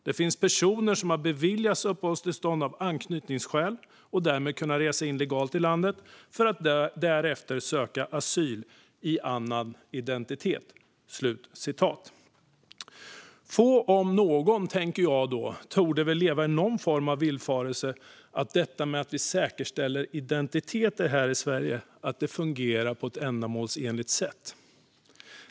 Det finns personer som har beviljats uppehållstillstånd av anknytningsskäl och därmed kunnat resa in legalt i landet, för att därefter söka asyl under annan identitet. Få, om någon, tänker jag då, torde väl leva i någon form av villfarelse att detta med att säkerställa identiteter fungerar på ett ändamålsenligt sätt här i Sverige.